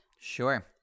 Sure